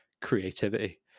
creativity